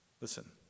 Listen